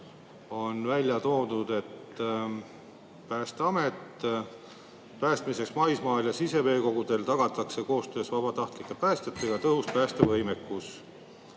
on välja toodud: "Päästmiseks maismaal ja siseveekogudel tagatakse koostöös vabatahtlike päästjatega tõhus päästevõimekus